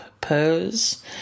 pose